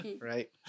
Right